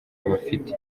abafite